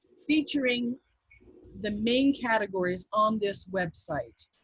featuring the main categories on this website.